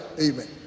Amen